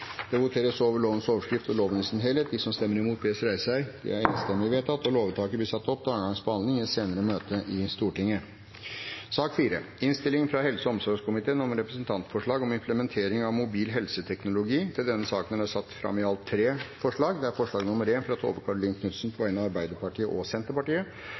Det voteres over lovens overskrift og loven i sin helhet. Lovvedtaket vil bli satt opp til andre gangs behandling i et senere møte i Stortinget. Under debatten er det satt fram i alt tre forslag. Det er forslag nr. 1, fra Tove Karoline Knutsen på vegne av Arbeiderpartiet og Senterpartiet